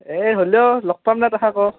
এই হ'লেও লগ পাম ন তথা আকৌ